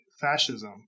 fascism